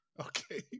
Okay